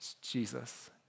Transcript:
Jesus